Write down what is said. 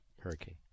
hurricane